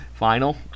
final